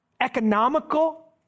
economical